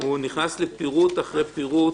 הוא נכנס לפירוט אחרי פירוט,